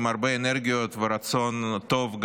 עם הרבה אנרגיות ורצון טוב,